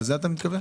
לזה אתה מתכוון?